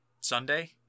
Sunday